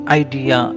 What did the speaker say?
idea